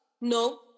No